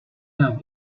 dám